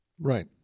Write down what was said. Right